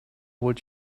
would